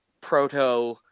proto